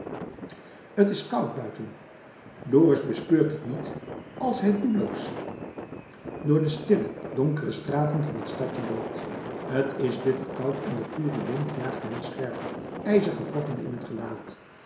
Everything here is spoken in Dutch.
t is koud buiten dorus bespeurt het niet als hij doelloos door de stille donkere straten van het stadje loopt t is bitter koud en de gure wind jaagt hem scherpe ijzige vlokken in t gelaat